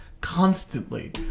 constantly